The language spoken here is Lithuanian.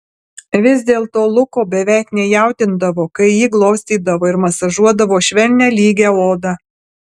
vis dėlto luko beveik nejaudindavo kai ji glostydavo ir masažuodavo švelnią lygią odą